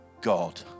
God